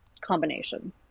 combination